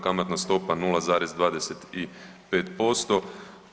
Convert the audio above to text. Kamatna stopa 0,25%